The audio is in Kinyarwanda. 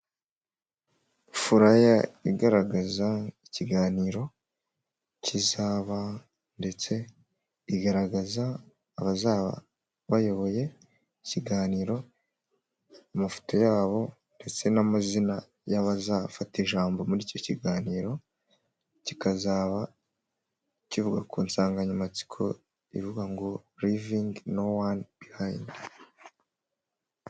Furaya igaragaza ikiganiro kizaba, ndetse igaragaza abazaba bayoboye ikiganiro, mafoto yabo ndetse n'amazina y'abazafata ijambo muri icyo kiganiro, kikazaba kivuga ku nsanganyamatsiko ivuga ngo "Rivingi no wani bihayindi".